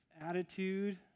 attitude